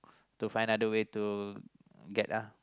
to find other way to get ah